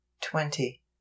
twenty